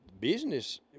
business